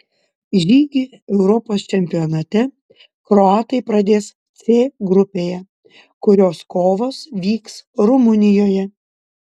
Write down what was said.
žygį europos čempionate kroatai pradės c grupėje kurios kovos vyks rumunijoje